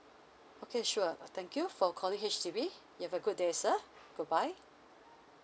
okay sure thank you for calling H_D_B you have a good day sir goodbye